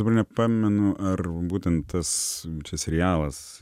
dabar nepamenu ar būtent tas čia serialas